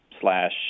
slash